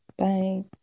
Bye